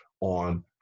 on